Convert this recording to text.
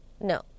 No